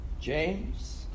James